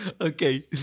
Okay